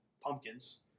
pumpkins